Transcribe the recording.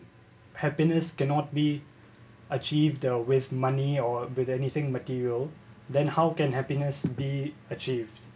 happiness cannot be achieved the with money or with anything material then how can happiness be achieved